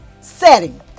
setting